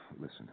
Listen